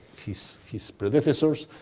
his his predecessors,